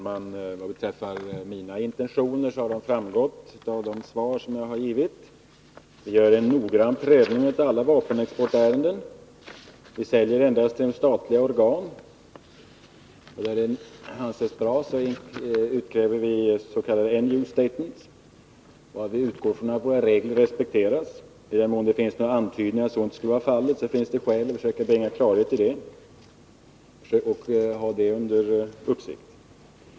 Fru talman! Mina intentioner har framgått av det svar jag givit. Vi gör en noggrann prövning av alla vapenexportärenden. Vi säljer endast till statliga organ, och när läget anses oklart utkrävs s.k. end-user statement. Vi utgår från att våra regler respekteras. I den mån det finns antydningar om eller skäl för misstanke att så inte skulle vara förhållandet försöker vi bringa klarhet i saken och håller sådana fall under uppsikt.